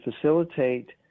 facilitate